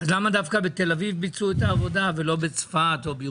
למה דווקא בתל אביב ביצעו את העבודה ולא בצפת או בירושלים?